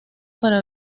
para